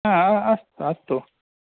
ह अस्तु अस्तु